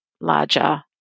larger